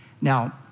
Now